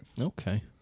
Okay